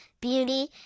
beauty